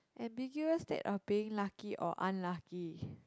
ambiguous state of being lucky or unlucky